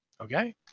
Okay